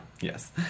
Yes